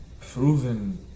proven